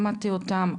למדתי אותם,